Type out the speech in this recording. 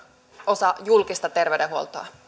osa julkista terveydenhuoltoa